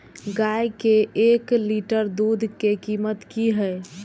गाय के एक लीटर दूध के कीमत की हय?